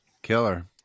killer